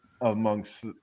amongst